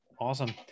awesome